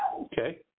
Okay